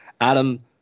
Adam